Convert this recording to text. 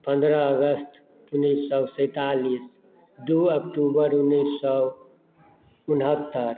पन्द्रह अगस्त उन्नैस सए सैंतालीस दू अक्टूबर उन्नैस सए उनहत्तरि